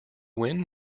win